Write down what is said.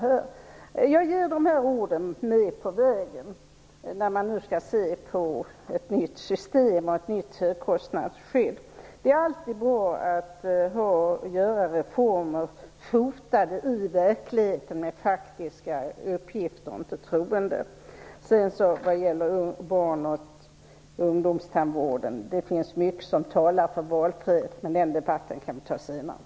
Jag ger dessa råd med på vägen när man nu skall se på ett nytt system och ett nytt högskostnadsskydd. Det är alltid bra att göra reformer fotade i verkligheten med faktiska uppgifter och inte i troende. Så en sak vad gäller barn och ungdomstandvården. Det finns mycket som talar för valfrihet. Men den debatten kan vi ta senare.